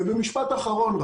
משפט אחרון,